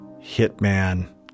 hitman